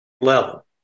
level